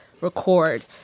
record